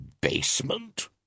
Basement